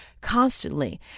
constantly